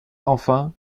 enfin